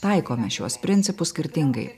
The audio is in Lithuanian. taikome šiuos principus skirtingai